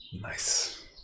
nice